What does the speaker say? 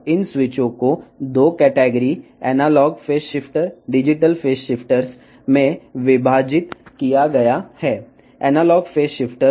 ఈ స్విచ్లు analogue phase shifter digital phase షిఫ్టర్లు అని 2 వర్గాలుగా విభజించబడ్డాయి